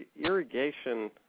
Irrigation